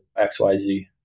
XYZ